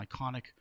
iconic